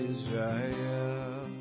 Israel